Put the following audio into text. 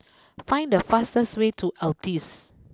find the fastest way to Altez